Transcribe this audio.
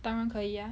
当然可以 ah